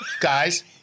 Guys